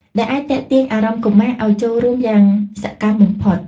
ដែលអាចទាក់ទាញអារម្មណ៍កុមារឱ្យចូលរួមយ៉ាងសកម្មបំផុត។